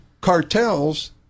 cartels